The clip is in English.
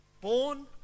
Born